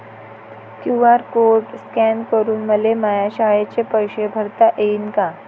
QR code scan करून मले माया शाळेचे पैसे भरता येईन का?